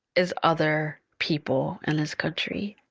as other people in this country